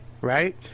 Right